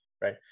right